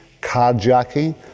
carjacking